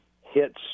hits